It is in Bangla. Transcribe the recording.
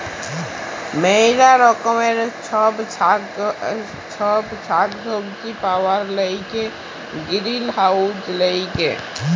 ম্যালা রকমের ছব সাগ্ সবজি পাউয়ার ল্যাইগে গিরিলহাউজ ল্যাগে